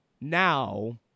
now